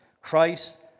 Christ